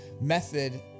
method